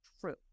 True